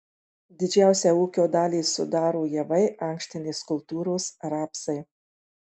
didžiausią ūkio dalį sudaro javai ankštinės kultūros rapsai